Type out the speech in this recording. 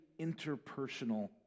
interpersonal